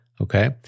Okay